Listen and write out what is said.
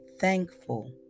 thankful